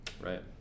Right